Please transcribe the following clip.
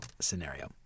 scenario